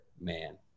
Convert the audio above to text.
man